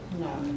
No